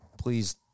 please